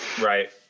right